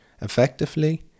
effectively